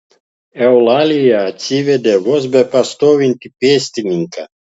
eulalija atsivedė vos bepastovintį pėstininką